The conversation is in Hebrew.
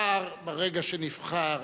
שר, ברגע שנבחר,